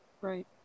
Right